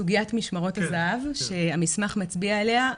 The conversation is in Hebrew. סוגיית משמרות הזה"ב שהמסמך מצביע עליה,